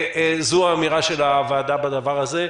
וזו האמירה של הוועדה בדבר הזה.